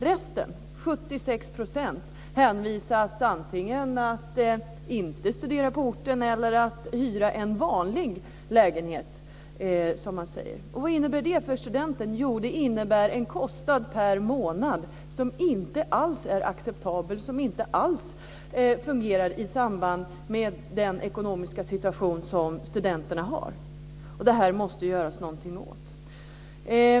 Resten, 76 %, hänvisas antingen till att inte studera på orten eller till att hyra en vanlig lägenhet. Vad innebär det för studenten? Jo, det innebär en kostnad per månad som inte alls är acceptabel och som inte alls fungerar i samband med den ekonomiska situation som studenterna har. Det här måste man göra någonting åt.